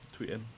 Tweeting